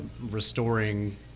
restoring